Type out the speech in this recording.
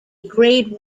grade